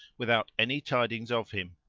without any tidings of him.